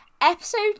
episode